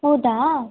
ಹೌದಾ